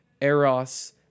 eros